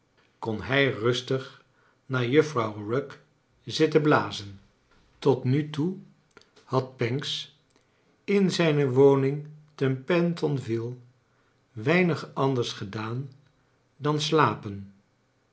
kon hij charles dickens rustig naar juffrouw rugg zitten blazen tot nu toe had pancks in zijne woning te pentonville weinig anders gedaan dan slapen